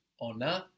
Ona